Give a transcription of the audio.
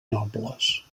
nobles